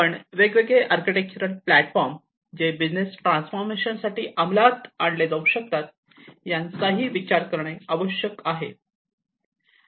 पण वेगवेगळे architectural platform जे बिझनेस ट्रान्सफॉर्मेशन साठी अमलात आणले जाऊ शकतात याचाही विचार करणं आवश्यक आहे